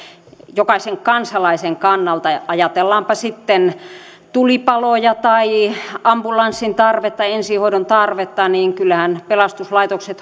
jokaisen kansalaisen kannalta ajatellaanpa sitten tulipaloja tai ambulanssin tarvetta ensihoidon tarvetta niin kyllähän pelastuslaitokset